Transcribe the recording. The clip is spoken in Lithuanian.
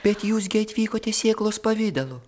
bet jūs gi atvykote sėklos pavidalu